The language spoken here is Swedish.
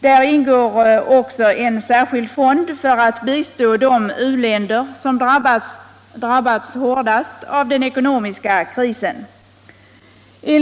Där ingår också en särskild fond för att bistå de u-länder som har drabbats hårdast av den ekonomiska krisen.